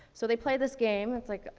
so they play this game, it's like,